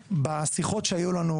שבשיחות שהיו לנו,